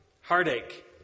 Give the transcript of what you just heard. heartache